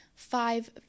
Five